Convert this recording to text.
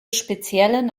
speziellen